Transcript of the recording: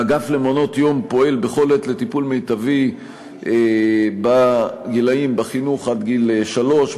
האגף למעונות-יום פועל בכל עת לטיפול מיטבי בחינוך עד גיל שלוש.